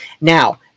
now